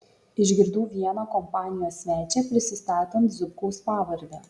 išgirdau vieną kompanijos svečią prisistatant zubkaus pavarde